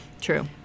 true